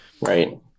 right